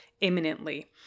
imminently